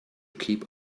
keep